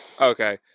Okay